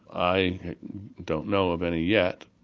i don't know of any yet.